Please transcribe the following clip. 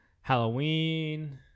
Halloween